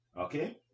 okay